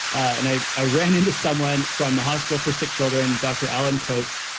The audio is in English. and i i ran into someone from the hospital for sick children, dr. allan coates,